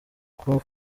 coup